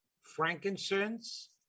frankincense